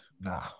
Nah